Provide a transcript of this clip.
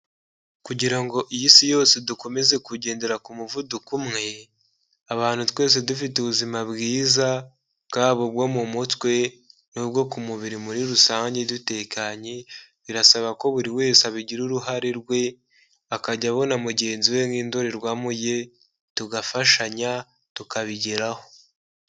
Kugira ngo iy'Isi yose dukomeze kugendera ku muvuduko umwe, abantu twese dufite ubuzima bwiza, bwaba bwo mu mutwe n'ubwo ku mubiri muri rusange dutekanye, birasaba ko buri wese abigira uruhare rwe akajya abona mugenzi we nk'indorerwamo ye, tugafashanya tukabigeraho.